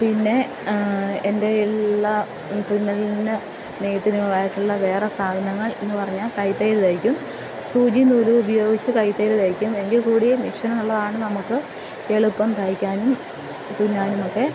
പിന്നെ എൻ്റെ കയ്യിലുള്ള തുന്നലിന് നെയ്ത്തിനും ആയിട്ടുള്ള വേറെ സാധനങ്ങൾ എന്ന് പറഞ്ഞാൽ കൈത്തയ്യൽ തയ്ക്കും സൂചിയും നൂലും ഉപയോഗിച്ച് കൈത്തയ്യല് തയ്ക്കും എങ്കിൽ കൂടിയും മിഷേനുള്ളതാണ് നമുക്ക് എളുപ്പം തയ്ക്കാനും തുന്നാനുമൊക്കെ